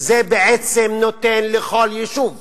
וזה בעצם נותן לכל יישוב,